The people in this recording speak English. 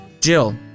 Jill